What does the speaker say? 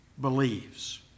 believes